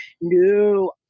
No